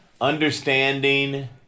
understanding